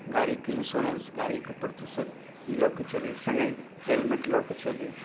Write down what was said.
गाड़ीके इन्श्योरेन्स गाड़ीके प्रदूषण ई लऽ कऽ चली सङ्गे हेलमेट लऽ कऽ चली